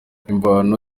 imvano